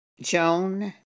Joan